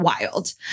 wild